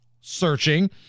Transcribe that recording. searching